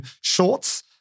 shorts